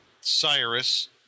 Cyrus